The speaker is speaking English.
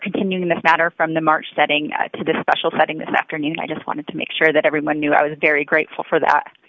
continuing this matter from the march setting to the special setting this afternoon i just wanted to make sure that everyone knew i was very grateful for that